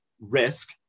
risk